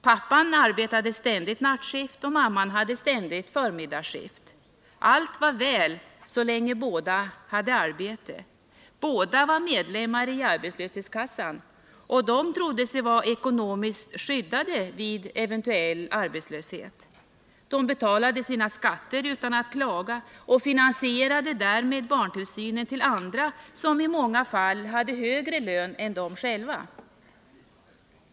Pappan arbetade ständigt nattskift, och mamman hade ständigt förmiddagsskift. Allt var väl så länge båda hade arbete. Båda var medlemmar i arbetslöshetskassan, och de trodde sig vara ekonomiskt skyddade vid eventuell arbetslöshet. De betalade sina skatter utan att klaga och finansierade därmed barntillsynen för andra, som i många fall hade högre lön än de själva.